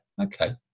okay